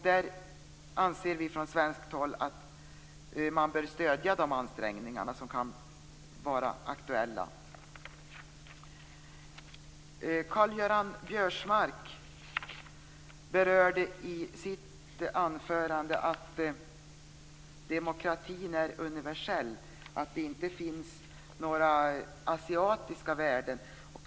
Vi anser från svenskt håll att man bör stödja de ansträngningar som kan vara aktuella. Karl-Göran Biörsmark berörde i sitt anförande att demokratin är universell, att det inte finns några asiatiska värden.